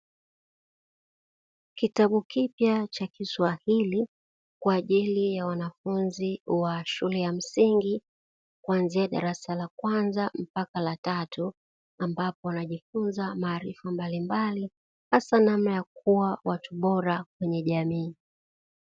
Kitabu kipya cha kiswahili kwa ajili ya wanafunzi wa shule ya msingi, kuanzia darasa la kwanza hadi la tatu, ambapo wanajifunza maarifa mbalimbali hasa namna ya kuwa watu bora katika jamii.